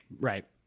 Right